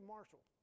Marshall